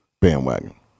bandwagon